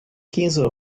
keyser